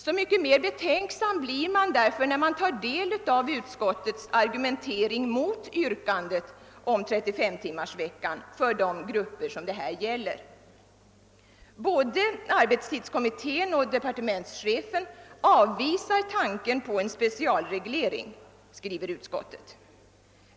Desto mer betänksam blir man därför, när man läser utskottsmajoritetens argument mot yrkandet om 35 timmars arbetsvecka för de grupper det här gäller. Både arbetstidskommittén och departementschefen har avvisat tanken på en speciell reglering, skriver utskottet.